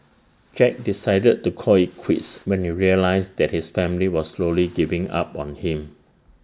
Jack decided to call IT quits when he realised that his family was slowly giving up on him